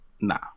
Nah